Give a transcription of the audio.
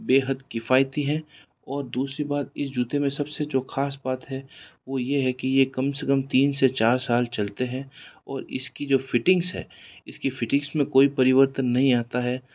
बेहद किफायती हैं और दूसरी बात इस जूते में सबसे जो खास बात है वो ये है कि ये कम से कम तीन से चार साल चलते हैं और इसकी जो फिटिंग्स है इसकी फिटिंग्स में कोई परिवर्तन नहीं आता है